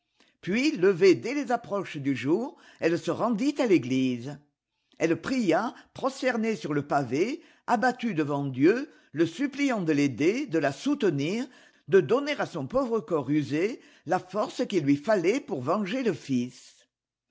puis levée dès les approches du jour elle se rendit à l'éghse elle pria prosternée sur le pavé abattue devant dieu le supphant de l'aider de la soutenir de donner à son pauvre corps usé la force qu'il lui fallait pour venger le fils